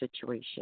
situation